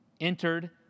entered